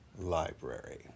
Library